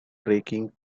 raking